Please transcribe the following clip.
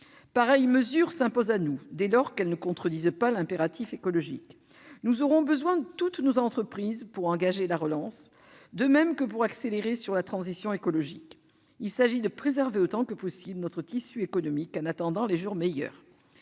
Pareilles mesures s'imposent à nous, dès lors qu'elles ne contredisent pas l'impératif écologique. Nous aurons besoin de toutes nos entreprises pour entamer la relance, de même que pour accélérer la transition écologique. Il s'agit de préserver autant que possible notre tissu économique en attendant les jours meilleurs.